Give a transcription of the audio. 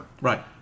Right